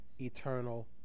eternal